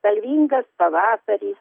spalvingas pavasaris